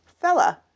Fella